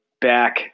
back